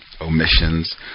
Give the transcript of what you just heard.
omissions